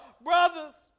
brothers